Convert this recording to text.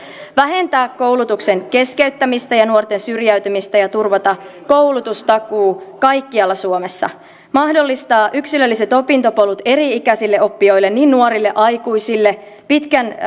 vähentää koulutuksen keskeyttämistä ja nuorten syrjäytymistä ja turvata koulutustakuu kaikkialla suomessa mahdollistaa yksilölliset opintopolut eri ikäisille oppijoille niin nuorille aikuisille pitkän